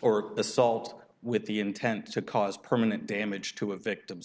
or assault with the intent to cause permanent damage to a victim